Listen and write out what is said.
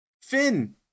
Finn